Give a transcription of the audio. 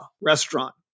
Restaurant